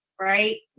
right